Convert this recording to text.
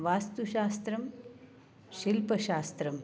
वास्तुशास्त्रं शिल्पशास्त्रम्